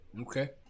Okay